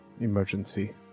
emergency